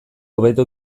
hobeto